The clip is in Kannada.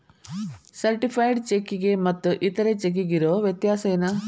ಸರ್ಟಿಫೈಡ್ ಚೆಕ್ಕಿಗೆ ಮತ್ತ್ ಇತರೆ ಚೆಕ್ಕಿಗಿರೊ ವ್ಯತ್ಯಸೇನು?